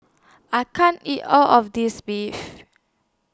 I can't eat All of This Beef